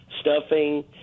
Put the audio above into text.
stuffing